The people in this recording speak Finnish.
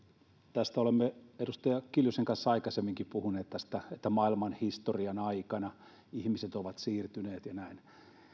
olemme edustaja kiljusen kanssa aikaisemminkin puhuneet tästä että maailmanhistorian aikana ihmiset ovat siirtyneet ja näin